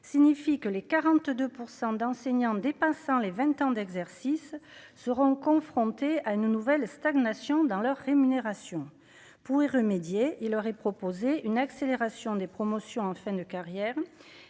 signifie que les 42 % d'enseignants dépassant les 20 ans d'exercice seront confrontés à une nouvelle stagnation dans leur rémunération pour y remédier, il aurait proposé une accélération des promotions en fin de carrière